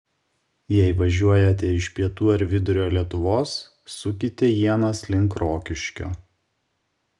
jei važiuojate iš pietų ar vidurio lietuvos sukite ienas link rokiškio